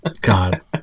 God